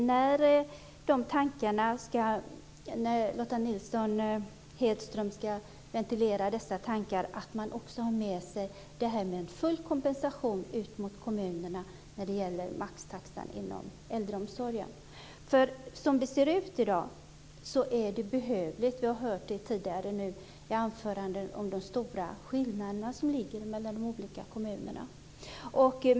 När Lotta Nilsson-Hedström ska ventilera dessa tankar, ska man ha med sig frågan om full kompensation ut mot kommunerna när det gäller maxtaxan inom äldreomsorgen. Som det ser ut i dag är detta behövligt. Vi har tidigare hört anföranden om de stora skillnaderna som finns mellan de olika kommunerna.